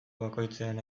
bakoitzean